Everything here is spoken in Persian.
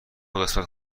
قسمت